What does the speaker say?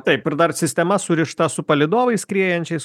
taip ir dar sistema surišta su palydovais skriejančiais